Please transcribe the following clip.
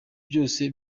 byose